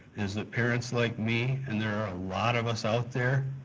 is that parents like me, and there are a lot of us out there,